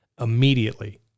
immediately